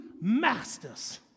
masters